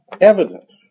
evident